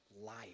life